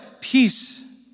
Peace